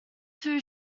two